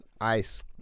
ice